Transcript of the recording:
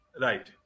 Right